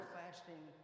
fasting